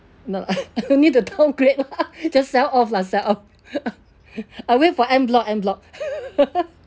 no lah no need to downgrade lah just sell off lah sell off I wait for en bloc en bloc